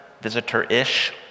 visitor-ish